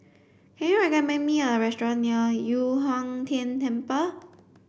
can you recommend me a restaurant near Yu Huang Tian Temple